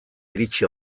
iritsi